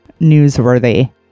newsworthy